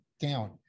down